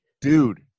dude